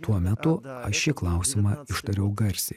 tuo metu aš šį klausimą ištariau garsiai